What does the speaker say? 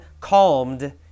calmed